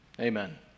Amen